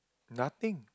nothing